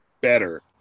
better